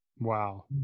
Wow